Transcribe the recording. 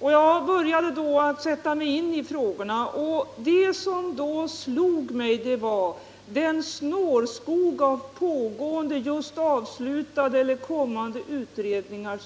Jag började då att sätta mig in i frågorna, och det som då slog mig var den snårskog som finns av pågående, just avslutade eller kommade utredningar.